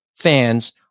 fans